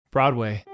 Broadway